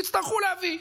יצטרכו להביא.